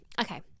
Okay